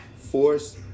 Force